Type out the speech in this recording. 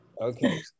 Okay